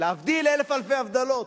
להבדיל אלף אלפי הבדלות.